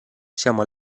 siamo